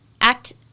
act